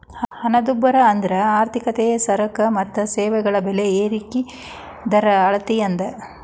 ಹಣದುಬ್ಬರ ಅಂದ್ರ ಆರ್ಥಿಕತೆಯ ಸರಕ ಮತ್ತ ಸೇವೆಗಳ ಬೆಲೆ ಏರಿಕಿ ದರದ ಅಳತಿ ಅದ